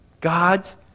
God's